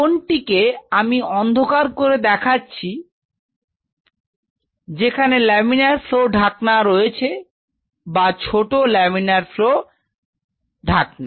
কোন একদিকে আমি যেটি অন্ধকার করে দেখাচ্ছি সেখানে লামিনার ফ্লো ঢাকনা রয়েছে বা ছোট লামিনার ফ্লো ঢাকনা